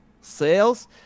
sales